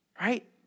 right